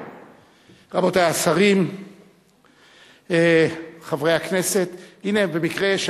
תוכן העניינים דברי יושב-ראש הכנסת לזכרו של